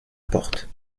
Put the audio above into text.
porte